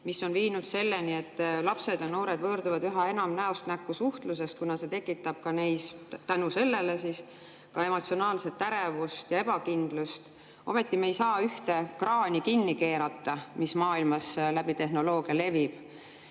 mis on viinud selleni, et lapsed ja noored võõrduvad üha enam näost näkku suhtlusest, kuna see tekitab neis selle tõttu ka emotsionaalset ärevust ja ebakindlust. Ometi me ei saa ühte kraani kinni keerata, mis maailmas tehnoloogia kaudu